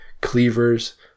cleavers